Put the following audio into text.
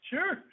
Sure